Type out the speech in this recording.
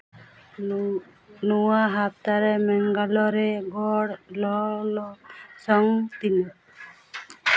ᱱᱚᱣᱟ ᱦᱟᱯᱛᱟ ᱨᱮ ᱢᱮᱝᱜᱟᱞᱳᱨᱮ ᱜᱚᱲ ᱞᱚᱞᱚ ᱥᱚᱝ ᱛᱤᱱᱟᱹᱜ